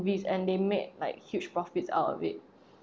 movies and they made like huge profits out of it